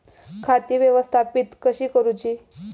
खाती व्यवस्थापित कशी करूची?